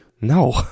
No